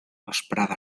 vesprada